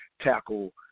tackle